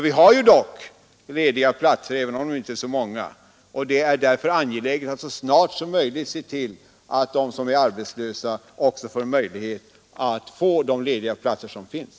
Vi har dock lediga platser, även om de inte är så många, och det är därför angeläget att se till att de som är arbetslösa också får möjlighet att söka de lediga platser som finns.